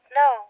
no